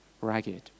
ragged